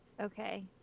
Okay